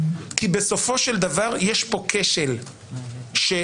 כי בסופו של דבר יש פה כשל מערכתי,